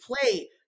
play